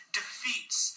defeats